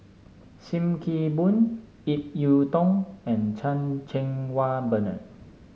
Sim Kee Boon Ip Yiu Tung and Chan Cheng Wah Bernard